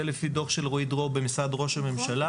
זה לפי דו"ח של רועי דרור במשרד ראש הממשלה.